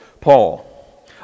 Paul